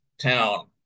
town